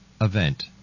event